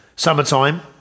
Summertime